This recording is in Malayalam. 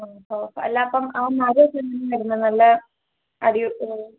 ആ അല്ലാ അപ്പം ആ മരക്ക വരുന്ന നല്ല അരി